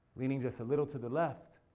leaning just a little to the left,